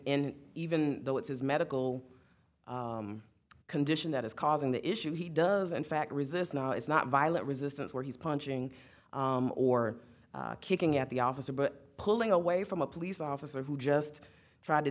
in even though it's his medical condition that is causing the issue he does in fact resist not it's not violent resistance where he's punching or kicking at the officer but pulling away from a police officer who just try